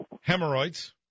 hemorrhoids